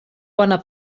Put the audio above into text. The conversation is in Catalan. bona